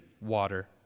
water